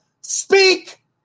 speak